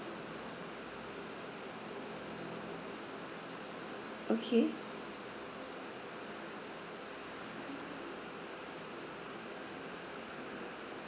okay